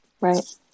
Right